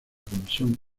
comisión